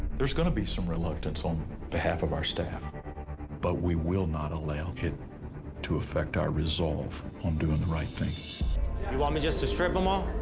there's gonna be some reluctance on behalf of our staff but we will not allow it to effect our resolve on doing the right thing. you want me just to strip them all?